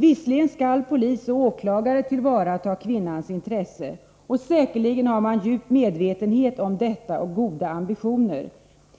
Visserligen skall polis och åklagare tillvarata kvinnans intresse. Säkerligen har man djup medvetenhet om detta och goda ambitioner.